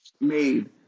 made